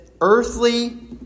earthly